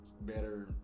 better